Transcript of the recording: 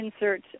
insert